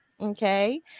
Okay